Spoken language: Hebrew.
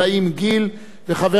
וחבר הכנסת השבע-עשרה.